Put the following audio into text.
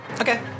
Okay